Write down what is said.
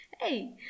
Hey